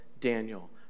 Daniel